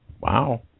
wow